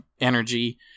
energy